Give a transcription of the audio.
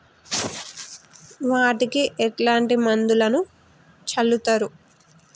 వాటికి ఎట్లాంటి మందులను చల్లుతరు?